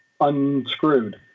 unscrewed